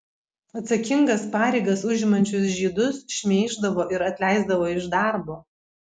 atsakingas pareigas užimančius žydus šmeiždavo ir atleisdavo iš darbo